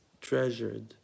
treasured